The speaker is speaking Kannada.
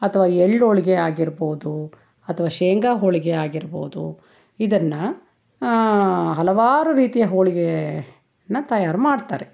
ಅಥವಾ ಎಳ್ಳ್ ಹೋಳಿಗೆ ಆಗಿರ್ಬೋದು ಅಥ್ವಾ ಶೇಂಗಾ ಹೋಳಿಗೆ ಆಗಿರ್ಬೋದು ಇದನ್ನು ಹಲವಾರು ರೀತಿಯ ಹೋಳಿಗೇನ ತಯಾರು ಮಾಡ್ತಾರೆ